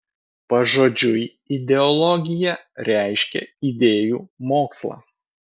pažodžiui ideologija reiškia idėjų mokslą